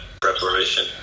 preparation